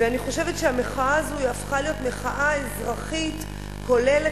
ואני חושבת שהמחאה הזאת הפכה להיות מחאה אזרחית כוללת.